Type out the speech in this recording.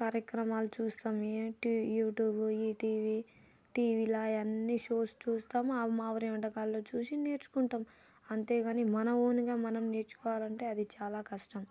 కార్యక్రమాలు చూస్తాం ఈ యూట్యూబ్ ఈటీవీ టీవీలో అవన్నీ చూసి చూసి మా ఊరి వంటకాల్లో చూసి నేర్చుకుంటాం అంతేగాని మన ఓన్గా మనం నేర్చుకోవాలంటే అది చాలా కష్టం